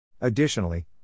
Additionally